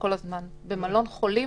במלון חולים,